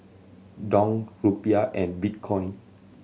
Dong Rupiah and Bitcoin